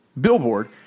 billboard